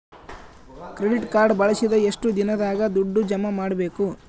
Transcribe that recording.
Credit card ಬಳಸಿದ ಎಷ್ಟು ದಿನದಾಗ ದುಡ್ಡು ಜಮಾ ಮಾಡ್ಬೇಕು?